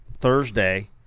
Thursday –